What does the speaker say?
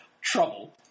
Trouble